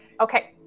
Okay